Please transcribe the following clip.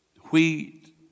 wheat